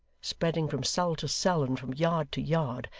spreading from cell to cell and from yard to yard,